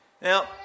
Now